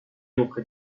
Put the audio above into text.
auprès